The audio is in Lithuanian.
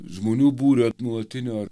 žmonių būrio nuolatinio